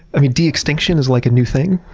i mean, de-extinction is, like, a new thing.